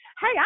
Hey